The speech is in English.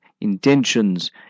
intentions